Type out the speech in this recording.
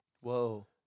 Whoa